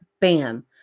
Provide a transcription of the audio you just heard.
bam